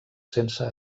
sense